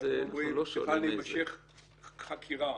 כשאתם אומרים צריכה להימשך חקירה.